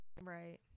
Right